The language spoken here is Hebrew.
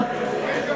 Welcome to the club.